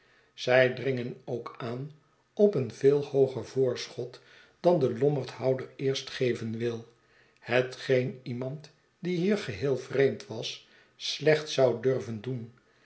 zij dringen ook aan op een veel hooger voorschot dan de lommerdhouder eerst geven wil hetgeen iemand die hier geheel vreemd was slecht zou durven doen